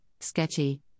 Sketchy